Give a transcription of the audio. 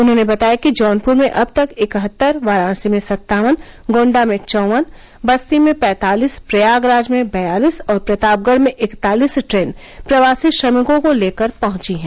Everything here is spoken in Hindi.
उन्होंने बताया कि जौनपुर में अब तक इकहत्तर वाराणसी में सत्तावन गोण्डा में चौवन बस्ती में पैंतालीस प्रयागराज में बयालीस और प्रतापगढ़ में इकतालीस ट्रेन प्रवासी श्रमिकों को लेकर पहुंची हैं